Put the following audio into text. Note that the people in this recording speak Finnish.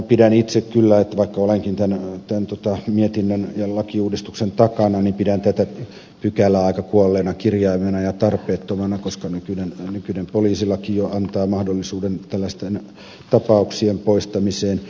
pidän itse kyllä vaikka olenkin tämän mietinnön ja lakiuudistuksen takana tätä pykälää aika kuolleena kirjaimena ja tarpeettomana koska nykyinen poliisilaki jo antaa mahdollisuuden tällaisten tapauksien poistamiseen